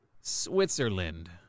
Switzerland